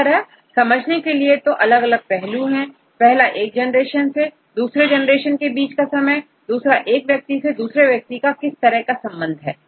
इस तरह समझने के लिए तो अलग अलग पहलू है पहला एक जनरेशन से दूसरे जनरेशन के बीच का समय और दूसरा एक व्यक्ति दूसरे व्यक्ति से किस तरह संबंधित है